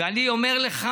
ואני אומר לך